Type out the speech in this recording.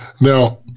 Now